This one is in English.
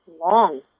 long